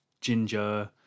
ginger